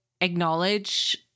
acknowledge